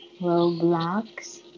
Roblox